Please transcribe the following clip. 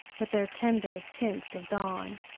with their tender tints of dawn.